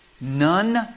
None